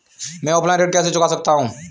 मैं ऑफलाइन ऋण कैसे चुका सकता हूँ?